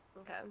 Okay